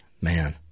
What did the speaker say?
Man